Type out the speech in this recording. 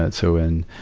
and so when,